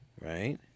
Right